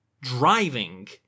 driving